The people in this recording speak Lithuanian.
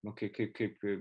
nu kai kaip